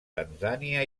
tanzània